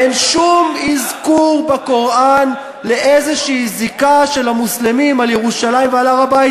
אין שום אזכור בקוראן לזיקה כלשהי של המוסלמים לירושלים ולהר-הבית.